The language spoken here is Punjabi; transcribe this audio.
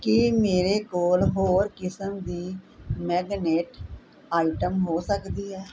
ਕੀ ਮੇਰੇ ਕੋਲ ਹੋਰ ਕਿਸਮ ਦੀ ਮੈਗਨੇਟ ਆਈਟਮ ਹੋ ਸਕਦੀ ਹੈ